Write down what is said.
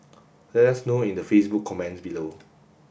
let us know in the Facebook comments below